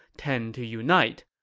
tend to unite.